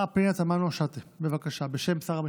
חוק ומשפט.